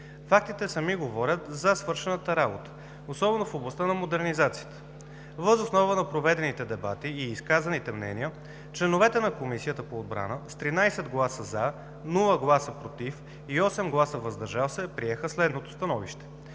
Фактите сами говорят за свършената работа особено в областта на модернизацията. Въз основа на проведените дебати и изказаните мнения членовете на Комисията по отбрана с 13 гласа „за“, без гласове „против“ и 8 гласа „въздържал се“ приеха следното становище: